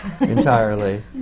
entirely